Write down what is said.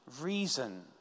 reason